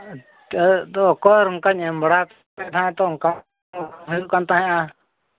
ᱱᱤᱛᱚᱜ ᱫᱚ ᱚᱠᱚᱭ ᱚᱱᱠᱟᱧ ᱮᱢ ᱵᱟᱲᱟ ᱞᱟᱦᱟᱛᱮ ᱚᱱᱠᱟ ᱵᱟᱝ ᱦᱩᱭᱩᱜ ᱛᱟᱦᱮᱸᱫᱼᱟ